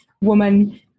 woman